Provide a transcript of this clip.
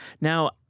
now